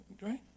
Right